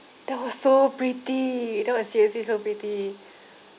that was so pretty that was seriously so pretty